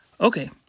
Okay